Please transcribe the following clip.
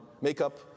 makeup